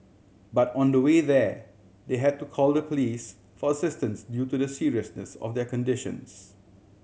but on the way there they had to call the police for assistance due to the seriousness of their conditions